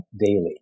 daily